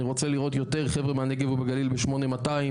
אני רוצה ראות יותר חבר'ה מהנגב והגליל ב-8200,